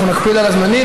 נקפיד על הזמנים,